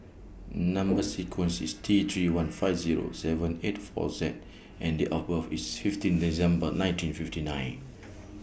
Number sequence IS T three one five Zero seven eight four Z and Date of birth IS fifteen December nineteen fifty nine